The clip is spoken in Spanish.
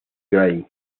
gray